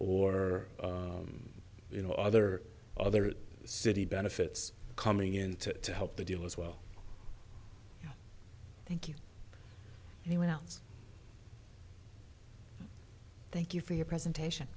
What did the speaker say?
or you know other other city benefits coming in to help the dealers well thank you anyone else thank you for your presentation